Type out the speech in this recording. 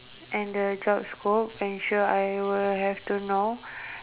and the job scope ensure I will have to know